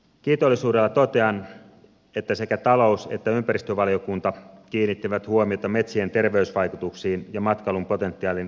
kiitollisuudella totean että sekä talous että ympäristövaliokunta kiinnittivät huomiota metsien terveysvaikutuksiin ja matkailun potentiaalin parantamiseen